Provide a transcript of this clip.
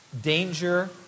danger